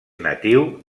natiu